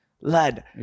Lad